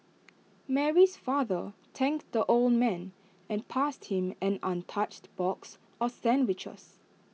Mary's father thanked the old man and passed him an untouched box of sandwiches